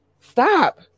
stop